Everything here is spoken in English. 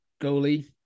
goalie